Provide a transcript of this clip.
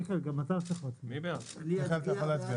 מיכאל, אתה יכול להצביע.